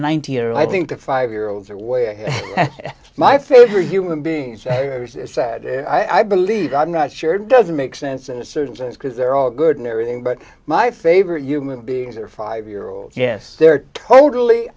year i think the five year olds are way my favorite human being i believe i'm not sure doesn't make sense in a certain sense because they're all good and everything but my favorite human beings are five year olds yes they're totally